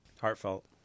heartfelt